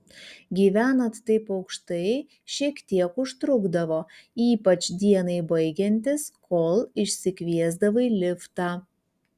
gyvenant taip aukštai šiek tiek užtrukdavo ypač dienai baigiantis kol išsikviesdavai liftą